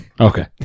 Okay